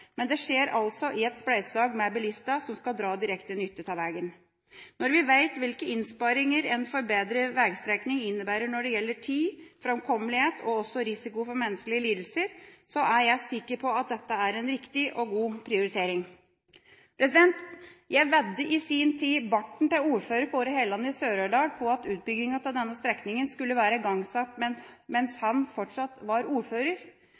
Men det skjer altså i et spleiselag med bilistene som skal dra direkte nytte av veien. Når vi vet hvilke innsparinger en forbedret veistrekning innebærer når det gjelder tid, framkommelighet og risiko for menneskelige lidelser, er jeg sikker på at dette er en riktig og god prioritering. Jeg veddet i sin tid barten til ordfører Kåre Helland i Sør-Aurdal på at utbygginga av denne strekninga skulle være igangsatt mens han fortsatt var ordfører,